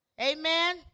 Amen